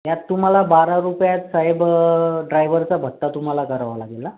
त्यात तुम्हाला बारा रुपयात साहेब ड्रायव्हरचा भत्ता तुम्हाला करावा लागेल हा